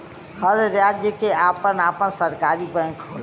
हर राज्य के आपन आपन सरकारी बैंक होला